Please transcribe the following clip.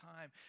time